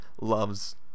loves